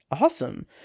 Awesome